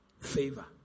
Favor